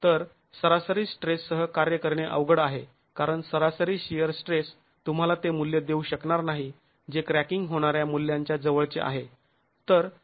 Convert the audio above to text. तर सरासरी स्ट्रेससह कार्य करणे अवघड आहे कारण सरासरी शिअर स्ट्रेस तुम्हाला ते मूल्य देऊ शकणार नाही जे क्रॅकिंग होणाऱ्या मूल्यांच्या जवळचे आहे